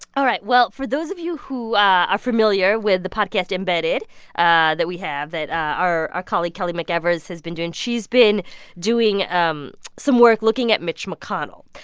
all right. well, for those of you who are familiar with the podcast embedded ah that we have that our ah colleague kelly mcevers has been doing she's been doing um some work looking at mitch mcconnell.